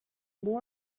more